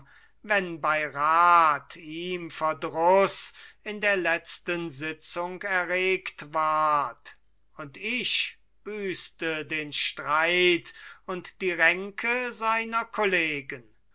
wenn bei rat ihm verdruß in der letzten sitzung erregt ward und ich büßte den streit und die ränke seiner kollegen